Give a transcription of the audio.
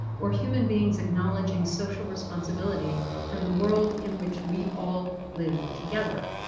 or human beings acknowledging social responsibility for the world in which we all live together?